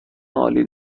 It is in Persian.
عالی